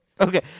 okay